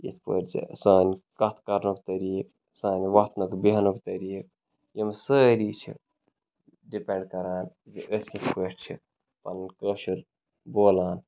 یِتھ پٲٹھۍ زِ سانہِ کَتھ کَرنُک طٔریٖقہٕ سانہِ وَتھنُک بیٚہنُک طٔریٖقہٕ یِم سٲری چھِ ڈِپٮ۪نٛڈ کَران زِ أسۍ کِتھ پٲٹھۍ چھِ پَنُن کٲشُر بولان